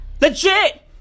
Legit